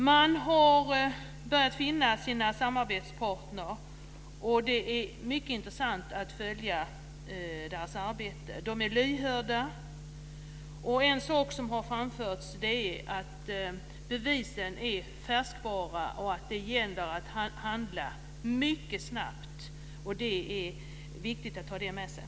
Man har börjat finna sina samarbetspartner, och det är mycket intressant att följa deras arbete. De är lyhörda, och en sak som har framförts är att bevisen är färskvara och att det gäller att handla mycket snabbt. Det är viktigt att ta det med sig.